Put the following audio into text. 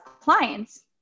clients